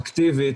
אקטיבית,